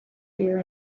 fear